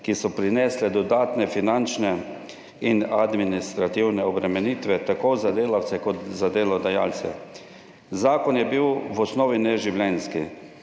ki so prinesle dodatne finančne in administrativne obremenitve tako za delavce kot za delodajalce. Zakon je bil v osnovi neživljenjski,